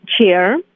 chair